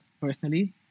personally